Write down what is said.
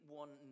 one